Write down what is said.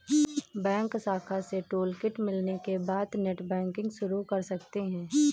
bank शाखा से toolkit मिलने के बाद नेटबैंकिंग शुरू कर सकते है